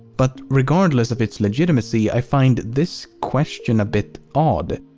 but regardless of it's legitimacy, i find this question a bit odd.